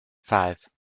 five